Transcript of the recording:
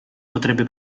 potrebbe